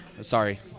Sorry